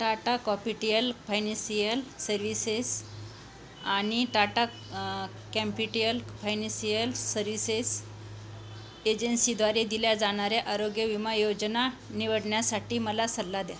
Tata capital financial services आणि Tata capital financial services एजन्सीद्वारे दिल्या जाणाऱ्या आरोग्य विमा योजना निवडण्यासाठी मला सल्ला द्या